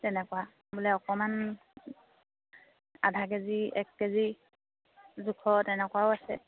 তেনেকুৱা বোলে অকণমান আধা কেজি এক কেজি জোখৰ তেনেকুৱাও আছে